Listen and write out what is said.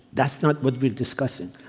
that's not what we're discussing.